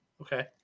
okay